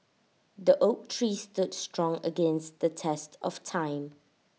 the oak tree stood strong against the test of time